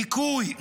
דיכוי,